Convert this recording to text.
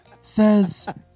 Says